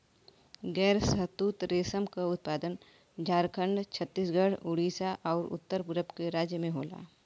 गैर शहतूत रेशम क उत्पादन झारखंड, छतीसगढ़, उड़ीसा आउर उत्तर पूरब के राज्य में होला